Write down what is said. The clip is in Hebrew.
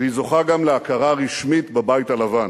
והיא זוכה גם להכרה רשמית בבית הלבן.